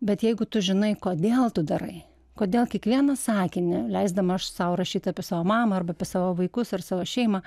bet jeigu tu žinai kodėl tu darai kodėl kiekvieną sakinį leisdama aš sau rašyt apie savo mamą arba apie savo vaikus ar savo šeimą